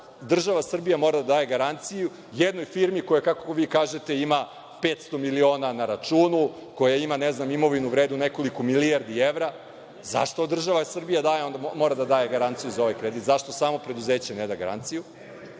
država Srbija mora da daje garanciju jednoj firmi koja, kako vi kažete, ima 500 miliona na računu, koja ima, ne znam, imovinu vrednu nekoliko milijardi evra? Zašto država Srbija mora da daje garanciju za ovaj kredit, zašto samo preduzeće ne da garanciju?